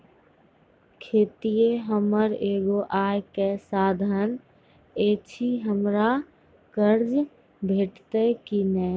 खेतीये हमर एगो आय के साधन ऐछि, हमरा कर्ज भेटतै कि नै?